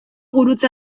gurutze